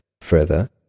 Further